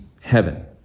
heaven